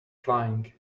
flying